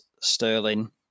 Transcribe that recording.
Sterling